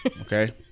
Okay